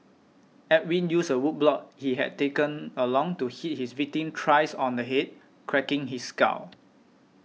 Edwin used a wood block he had taken along to hit his victim thrice on the head cracking his skull